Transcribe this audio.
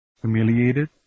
humiliated